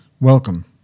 welcome